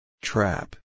Trap